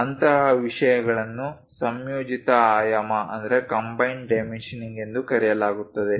ಅಂತಹ ವಿಷಯಗಳನ್ನು ಸಂಯೋಜಿತ ಆಯಾಮ ಎಂದು ಕರೆಯಲಾಗುತ್ತದೆ